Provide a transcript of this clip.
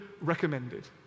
recommended